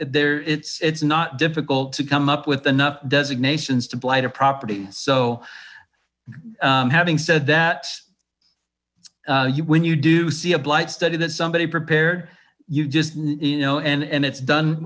there it's it's not difficult to come up with enough designations to blight a property so having said that you when you do see a blight study that somebody's prepared you just you know and it's done